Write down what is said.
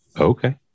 Okay